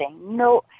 no